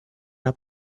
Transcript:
era